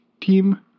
team